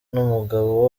n’umugabo